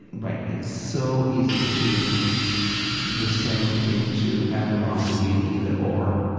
right. it's so easy to descend into animosity and either or.